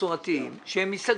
מסורתיים שייסגרו.